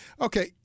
okay